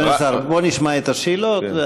בוא נשמע את השאלות,